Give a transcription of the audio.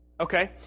Okay